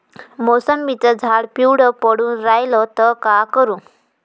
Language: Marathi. मोसंबीचं झाड पिवळं पडून रायलं त का करू?